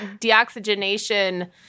deoxygenation